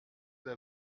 vous